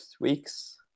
weeks